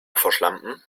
verschlampen